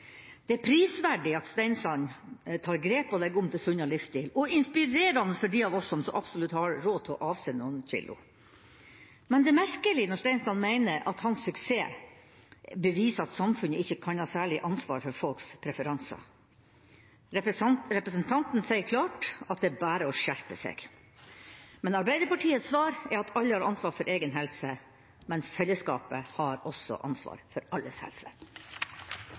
Det er prisverdig at Stensland tar grep og legger om til sunnere livsstil og inspirerende for de av oss som så absolutt har råd til å avse noen kilo. Men det er merkelig når Stensland mener at hans suksess beviser at samfunnet ikke kan ha særlig ansvar for folks preferanser. Representanten sier klart at det er bare å skjerpe seg. Arbeiderpartiets svar er at alle har ansvar for egen helse, men fellesskapet har også ansvar for alles helse.